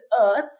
Earth